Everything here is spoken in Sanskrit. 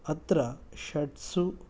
अत्र षड्सु